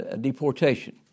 deportation